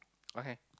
okay